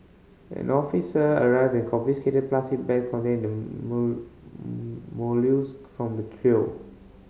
an officer arrived and confiscated plastic bags containing the from the trio